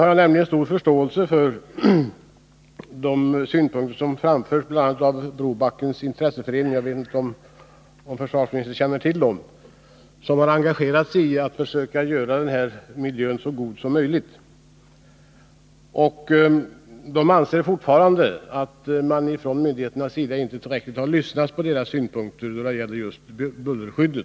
Jag har nämligen stor förståelse för de synpunkter — jag vet inte om försvarsministern känner till dem — som anförts av exempelvis Brobackens intresseförening, som har engagerat sig i försöken att göra miljön så god som möjligt och som anser att myndigheterna inte har lyssnat tillräckligt noga på deras synpunkter på behövligt bullerskydd.